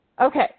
Okay